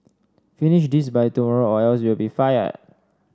finish this by tomorrow or else you'll be fired